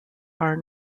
are